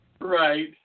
Right